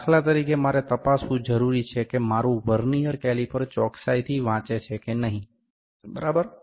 દાખલા તરીકે મારે તપાસવું જરૂરી છે કે મારું વર્નીઅર કેલિપર ચોક્સાઇથી વાંચે છે કે નહીં બરાબર